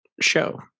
show